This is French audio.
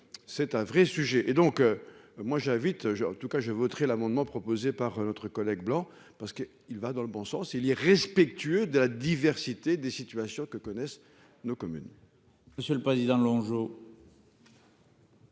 c'est un vrai sujet et donc. Moi j'invite en tout cas je voterai l'amendement proposé par notre collègue blanc parce que il va dans le bon sens, il est respectueux de la diversité des situations que connaissent nos communes.